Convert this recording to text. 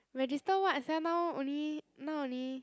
register what sia now only now only